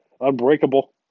Unbreakable